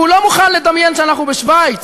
והוא לא מוכן לדמיין שאנחנו בשווייץ.